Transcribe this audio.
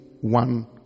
one